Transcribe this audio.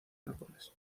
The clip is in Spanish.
nápoles